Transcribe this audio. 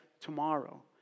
tomorrow